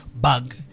bug